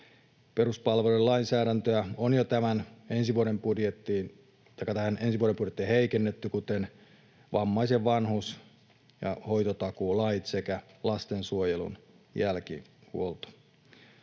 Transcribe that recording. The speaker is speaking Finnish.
Peruspalveluiden lainsäädäntöä on jo ensi vuoden budjettiin heikennetty, kuten vammais-, vanhuus- ja hoitotakuulakeja sekä lastensuojelun jälkihuoltoa.